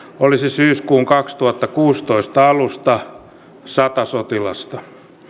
olisi syyskuun kaksituhattakuusitoista alusta sata sotilasta